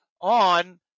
on